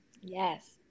Yes